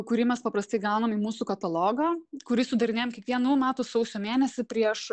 kurį mes paprastai gaunam į mūsų katalogą kurį sudarinėjam kiekvienų metų sausio mėnesį prieš